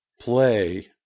play